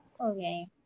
Okay